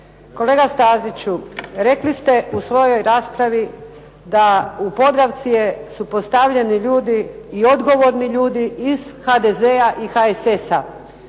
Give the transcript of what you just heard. Kolega Staziću rekli ste u svojoj raspravi da u Podravci su postavljeni ljudi i odgovorni ljudi iz HSS-a i HDZ-a.